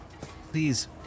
Please